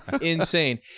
Insane